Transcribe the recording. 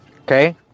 Okay